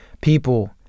people